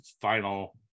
final